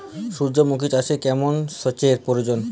সূর্যমুখি চাষে কেমন সেচের প্রয়োজন?